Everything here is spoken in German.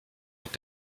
mit